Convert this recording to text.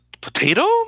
Potato